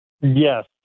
Yes